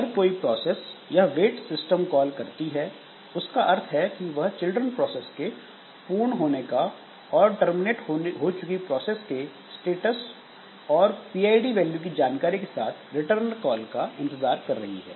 अगर कोई प्रोसेस यह वेट सिस्टम कॉल करती है उसका अर्थ है कि वह चिल्ड्रन प्रोसेस के पूर्ण होने का और टर्मिनेट हो चुकी प्रोसेस के स्टेटस और pid वैल्यू की जानकारी के साथ रिटर्न कॉल का इंतजार कर रही है